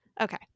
Okay